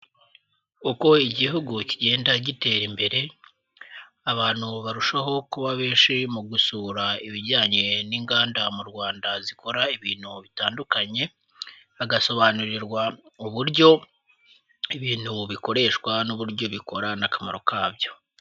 Uko Igihugu kigenda gitera imbere, abantu barushaho kuba benshi mu gusura ibijyanye n'inganda mu Rwanda zikora ibintu bitandukanye, bagasobanurirwa uburyo ibintu bikoreshwa n'uburyo bikora n'akamaro kabyo.